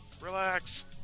relax